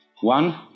One